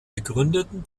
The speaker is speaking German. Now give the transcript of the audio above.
begründeten